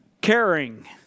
Caring